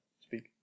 Speak